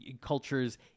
culture's